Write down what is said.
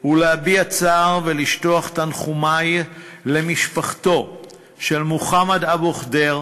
ולהביע צער ולשטוח את תנחומי למשפחתו של מוחמד אבו ח'דיר.